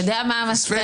אתה יודע מה המסקנה?